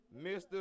Mr